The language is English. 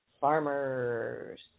farmers